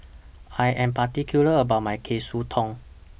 I Am particular about My Katsudon